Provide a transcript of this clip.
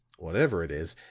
whatever it is,